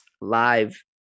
live